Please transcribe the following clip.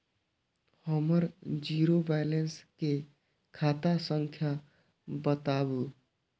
हमर zero balance के खाता संख्या बतबु?